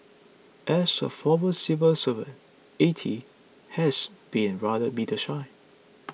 as a former civil servant A T has been rather media shy